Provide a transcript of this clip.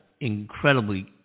incredibly